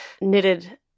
knitted